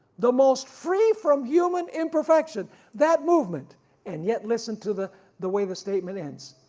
the most free from human imperfection that movement, and yet listen to the the way the statement ends.